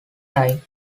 time